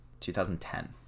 2010